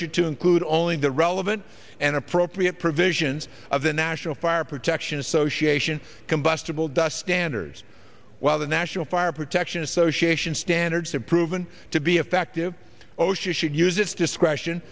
sure to include only the relevant and appropriate provisions of the national fire protection association combustible dust standards while the national fire protection association standards have proven to be effective osha should use its discretion